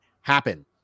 happen